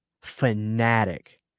fanatic